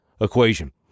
equation